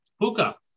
Puka